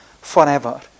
forever